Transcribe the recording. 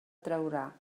traurà